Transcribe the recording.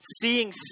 seeing